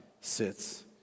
sits